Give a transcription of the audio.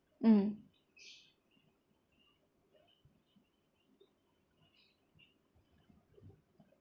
mm